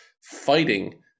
fighting